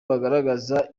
bagaragaza